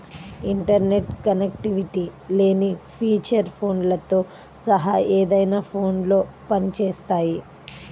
internet connectivity లేని feature ఫోన్లతో సహా ఏదైనా ఫోన్లో పని చేస్తాయి